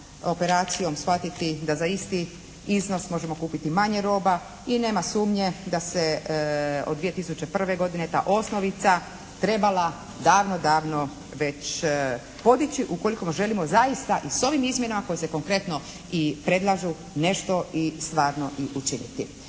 operacijom shvatiti da za isti iznos možemo kupiti manje roba. I nema sumnje da se od 2001. godine ta osnovica trebala davno, davno već podići. Ukoliko želimo zaista i s ovim izmjenama koje se konkretno i predlažu nešto i stvarno i učiniti.